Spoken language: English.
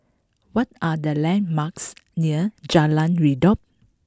what are the landmarks near Jalan Redop